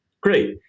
Great